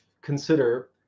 consider